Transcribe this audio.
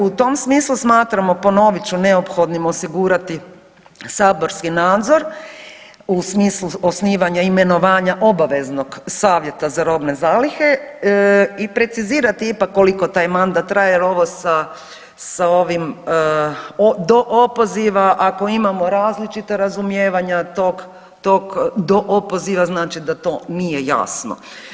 U tom smislu smatramo, ponovit ću, neophodnim osigurati saborski nadzor u smislu osnivanja imenovanja obaveznog Savjeta za robne zalihe i precizirati ipak koliko taj mandat traje jer ovo sa ovim do opoziva ako imamo različita razumijevanja tog do opoziva znači da to nije jasno.